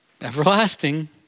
everlasting